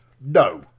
No